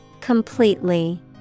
Completely